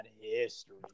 history